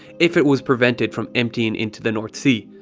if it was prevented from emptying into the north sea.